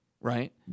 right